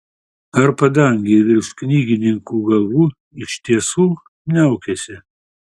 ar padangė virš knygininkų galvų iš tiesų niaukiasi